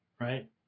Right